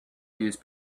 use